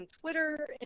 Twitter